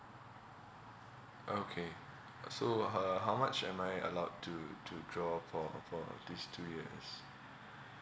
okay uh so h~ uh how much am I allowed to to draw for for uh these two years